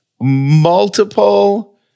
multiple